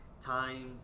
time